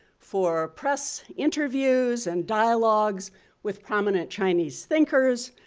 for press interviews and dialogues with prominent chinese thinkers,